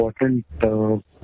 important